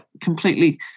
completely